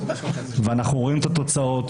ואנחנו רואים את התוצאות,